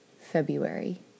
February